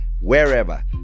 wherever